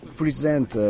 present